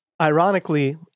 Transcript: ironically